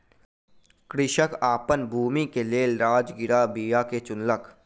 कृषक अपन भूमि के लेल राजगिरा बीया के चुनलक